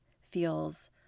feels